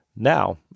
Now